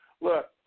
Look